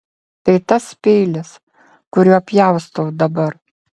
tai tas peilis kuriuo pjaustau dabar